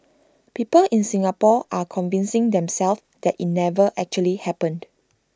people in Singapore are convincing themselves that IT never actually happened